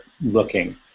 looking